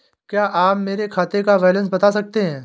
क्या आप मेरे खाते का बैलेंस बता सकते हैं?